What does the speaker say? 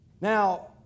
Now